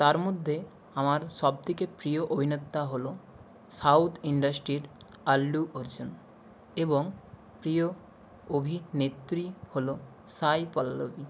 তার মধ্যে আমার সব থেকে প্রিয় অভিনেতা হলো সাউথ ইন্ডাস্ট্রির আল্লু অর্জুন এবং প্রিয় অভিনেত্রী হলো সাই পল্লবী